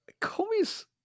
komi's